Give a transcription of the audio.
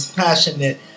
passionate